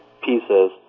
pieces